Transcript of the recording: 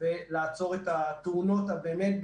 ולעצור את התאונות הקשות באמת,